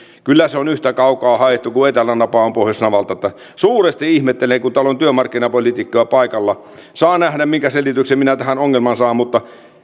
on yhtä kaukaa haettu kuin etelänapa on pohjoisnavalta suuresti ihmettelen kun täällä on työmarkkinapoliitikkoja paikalla saa nähdä minkä selityksen minä tähän ongelmaan saan mutta